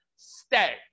Stay